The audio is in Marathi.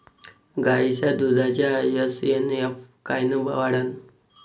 गायीच्या दुधाचा एस.एन.एफ कायनं वाढन?